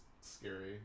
scary